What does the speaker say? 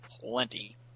Plenty